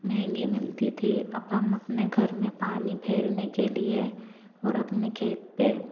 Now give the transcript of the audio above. महंगी मिलती थी अब हम अपने घर में पानी फेरने के लिए और अपने खेत पर